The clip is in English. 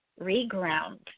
reground